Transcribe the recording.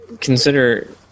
consider